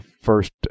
first